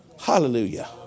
Hallelujah